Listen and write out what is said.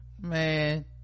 man